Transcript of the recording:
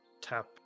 tap